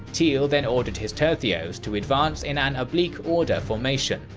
tilly then ordered his tercios to advance in an oblique order formation,